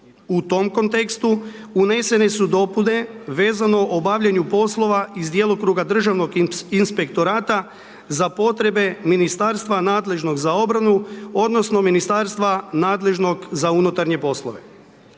U tom kontekstu, unesene su dopune vezano o obavljanju poslova iz djelokruga državnog inspektorata za potrebe Ministarstva nadležnog za obranu odnosno Ministarstva nadležnog za unutarnje poslove.